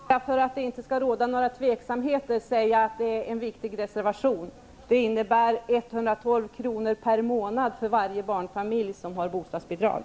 Herr talman! För att det inte skall råda några tveksamheter vill jag säga att det är en viktig reservation. Den innebär 112 kr. per månad för varje barnfamilj som får bostadsbidrag.